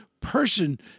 person